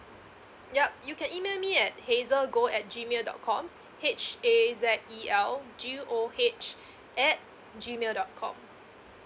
yup you can email me at hazel goh at G mail dot com H A Z E L G O H at G mail dot com